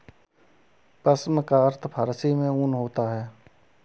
पश्म का अर्थ फारसी में ऊन होता है